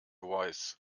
voice